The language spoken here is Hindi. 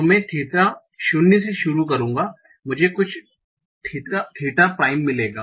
तो मैं थीटा शून्य से शुरू करूँगा मुझे कुछ थीटा प्राइम मिलेंगा